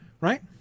Right